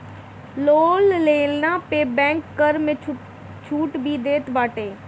loan लेहला पे bank कर में छुट भी देत बाटे